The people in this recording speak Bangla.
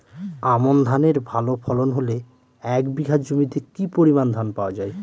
আমন ধানের ভালো ফলন হলে এক বিঘা জমিতে কি পরিমান ধান পাওয়া যায়?